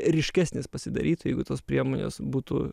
ryškesnis pasidarytų jeigu tos priemonės būtų